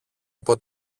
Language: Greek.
από